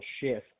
shift